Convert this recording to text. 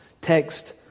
text